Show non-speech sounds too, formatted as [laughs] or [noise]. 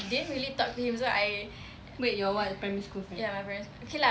[laughs] wait your what primary school friend